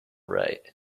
right